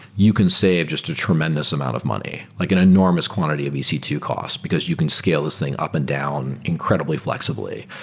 you can save just a tremendous amount of money, like an enormous quantity of e c two cost, because you can scale this thing up and down incredibly flexibly.